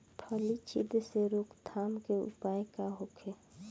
फली छिद्र से रोकथाम के उपाय का होखे?